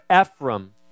Ephraim